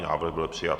Návrh byl přijat.